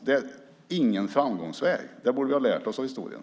Det är ingen framgångsväg. Det borde vi ha lärt oss av historien.